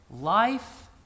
life